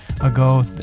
ago